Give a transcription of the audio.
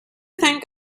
think